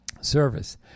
service